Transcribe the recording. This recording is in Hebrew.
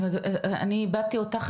אני איבדתי אותך,